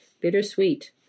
Bittersweet